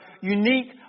unique